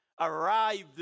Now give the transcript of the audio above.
arrived